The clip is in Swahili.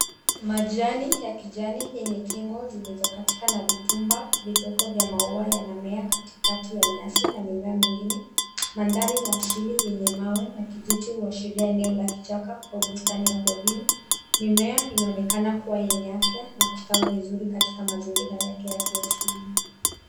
Majani ya kijani yenye kingo zilizokatika na bikumba vidogoo vya mauwa yanamea kakikati ya nyasi na mimea mingine, mandhari ya asili yenye mawe na kijiti huashiria eneo la kichaka au bustani ya porini. Mimea inonekana kuwa yenye afya na kustawi vizuri katika mazingira yake ya kiasili.